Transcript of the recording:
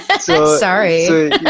Sorry